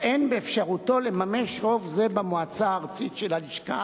אין באפשרותו לממש רוב זה במועצה הארצית של הלשכה